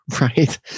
right